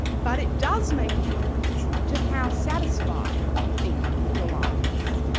but it does make a difference to how satisfied you think your life is,